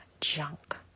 junk